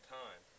time